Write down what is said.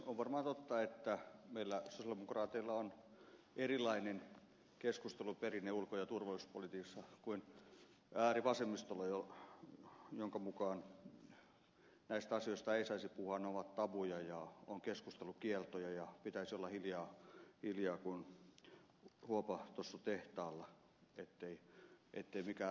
on varmaan totta että meillä sosialidemokraateilla on erilainen keskusteluperinne ulko ja turvallisuuspolitiikassa kuin äärivasemmistolla jonka mukaan näistä asioista ei saisi puhua ne ovat tabuja ja on keskustelukieltoja ja pitäisi olla hiljaa kuin huopatossutehtaalla ettei mikään raksahda